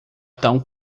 tão